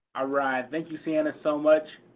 alright, thank you sienna so much.